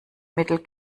mittel